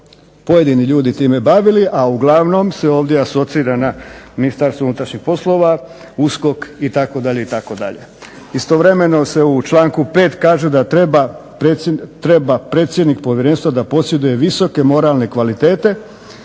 pojedini ljudi time bavili, a uglavnom se ovdje asocira na Ministarstvo unutrašnjih poslova, USKOK itd. itd. Istovremeno se u članku 5. kaže da treba predsjednik povjerenstva da posjeduje visoke moralne kvalitete